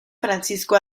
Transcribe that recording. francisco